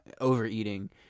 overeating